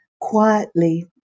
quietly